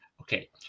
okay